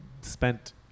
spent